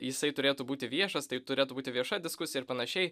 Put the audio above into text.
jisai turėtų būti viešas tai turėtų būti vieša diskusija ir panašiai